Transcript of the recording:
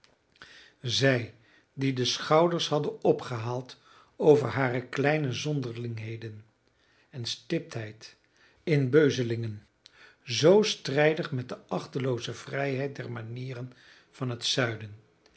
zij die de schouders hadden opgehaald over hare kleine zonderlingheden en stiptheid in beuzelingen zoo strijdig met de achtelooze vrijheid der manieren van het zuiden